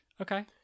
Okay